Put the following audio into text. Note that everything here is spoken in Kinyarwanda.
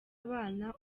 abana